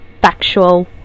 factual